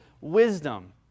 wisdom